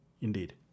Indeed